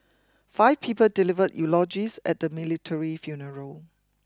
five people delivered eulogies at the military funeral